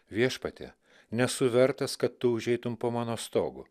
viešpatie nesu vertas kad tu užeitum po mano stogu